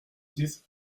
dix